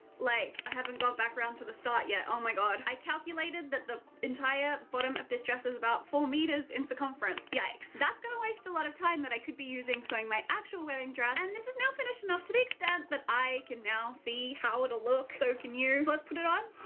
like i haven't gone back around to the start yet. oh my god. i calculated that the entire bottom of this dress is about four meters in circumference. yikes. that's gonna waste a lot of time that i could be using sewing my actual wedding dress and this is now finished enough to the extent that i can now see how it look. so can you. so, let's put it on.